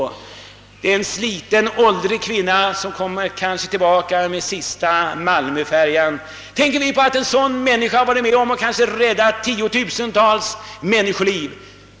Det är kanske en sliten, åldrig kvinna, som kommer tillbaka med sista Malmöfärjan. Tänker vi på att en sådan människa kanske har varit med om att rädda tiotusentals människoliv?